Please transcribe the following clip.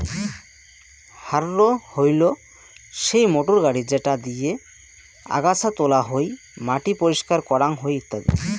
harrow হইলো সেই motor গাড়ি যেটা দিয়ে আগাছা তোলা হই, মাটি পরিষ্কার করাং হই ইত্যাদি